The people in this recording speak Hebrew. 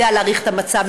יודע להעריך את המצב,